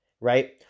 right